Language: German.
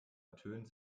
ertönt